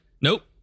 nope